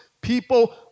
people